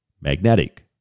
magnetic